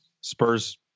Spurs